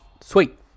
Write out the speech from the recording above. Sweet